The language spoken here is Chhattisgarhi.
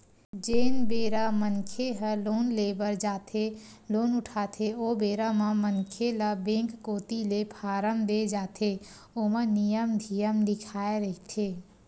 जेन बेरा मनखे ह लोन ले बर जाथे लोन उठाथे ओ बेरा म मनखे ल बेंक कोती ले फारम देय जाथे ओमा नियम धियम लिखाए रहिथे